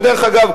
ודרך אגב,